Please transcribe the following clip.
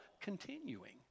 continuing